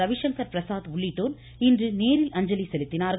ரவிசங்கர் பிரசாத் உள்ளிட்டோர் இன்று நேரில் அஞ்சலி செலுத்தினார்கள்